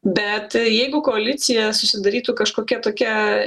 bet jeigu koalicija susidarytų kažkokia tokia